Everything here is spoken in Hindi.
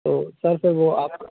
तो सर तो वह आप